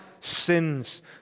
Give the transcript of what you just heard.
sins